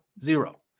zero